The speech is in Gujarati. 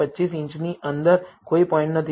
25 ઇંચની અંદર કોઈ પોઇન્ટ નથી